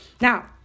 now